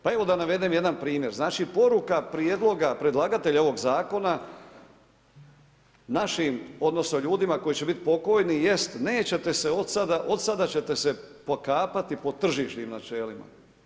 Pa evo da navedem jedan primjer, znači poruka prijedloga predlagatelja ovog zakona našim odnosno ljudima koji će biti pokojni jest, od sada ćete se pokapati po tržišnim načelima.